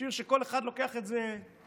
זה שיר שבו כל אחד לוקח את זה לעצמו,